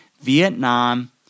Vietnam